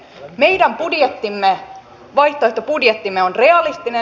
meidän budjettimme vaihtoehtobudjettimme on realistinen